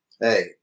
hey